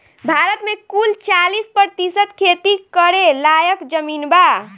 भारत मे कुल चालीस प्रतिशत खेती करे लायक जमीन बा